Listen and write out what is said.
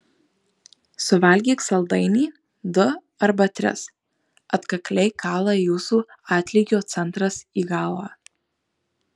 suvalgyk saldainį du arba tris atkakliai kala jūsų atlygio centras į galvą